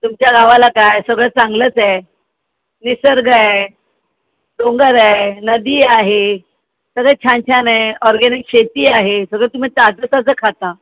तुमच्या गावाला काय सगळं चांगलंच आहे निसर्ग आहे डोंगर आहे नदी आहे सगळं छान छान आहे ऑरगॅनिक शेती आहे सगळं तुम्ही ताजं ताजं खाता